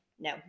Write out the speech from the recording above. No